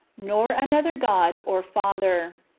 nor another god or father.